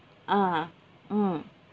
ah mm